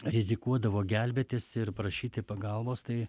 rizikuodavo gelbėtis ir prašyti pagalbos tai